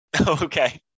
Okay